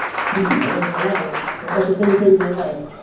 ଘରୁ ଯିବା ନା ତୋ ପାଇଁ ଟୁକେଲ୍ ଦେଖିବାକୁ ଯିବା ନା ଆଉ